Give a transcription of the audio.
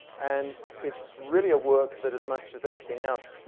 and it's really a work that, as much as anything else,